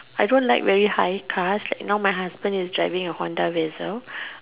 I don't like very high cars like now my husband is driving a Honda-Vezel